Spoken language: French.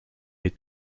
des